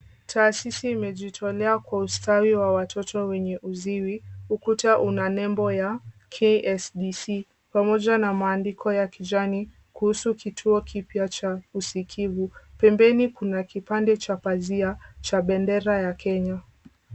Taasisi imejitolea kwa ustawi wa watoto wenye uziwi. Ukuta una nembo ya KSDC pamoja na maandiko ya kijani kuhusu kituo kipya cha usikivu. Pembeni kuna kipande cha pazia cha bendera ya Kenya.